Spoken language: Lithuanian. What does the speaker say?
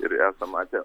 ir esam matę